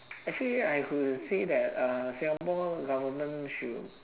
actually I would say that uh singapore government should